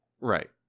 Right